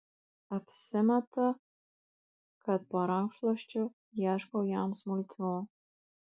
apsimetu kad po rankšluosčiu ieškau jam smulkių